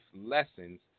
lessons